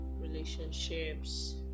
relationships